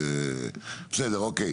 בסדר, אוקיי.